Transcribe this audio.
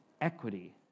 Equity